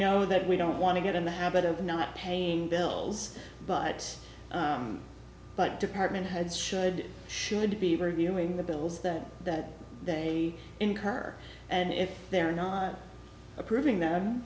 know that we don't want to get in the habit of not paying bills but but department heads should should be very viewing the bills that that they incur and if they're not approving the